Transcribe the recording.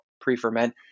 pre-ferment